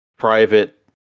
Private